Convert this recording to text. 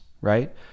right